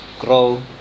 grow